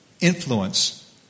influence